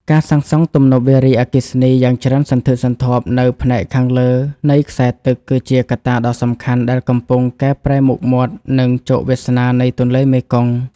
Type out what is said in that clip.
ការសាងសង់ទំនប់វារីអគ្គិសនីយ៉ាងច្រើនសន្ធឹកសន្ធាប់នៅផ្នែកខាងលើនៃខ្សែទឹក គឺជាកត្តាដ៏សំខាន់ដែលកំពុងកែប្រែមុខមាត់ និងជោគវាសនានៃទន្លេមេគង្គ។